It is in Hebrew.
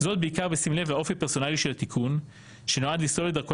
זאת בעיקר בשים לב לאופי הפרסונלי של התיקון שנועד לסלול את דרכו